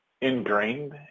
ingrained